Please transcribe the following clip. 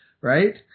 right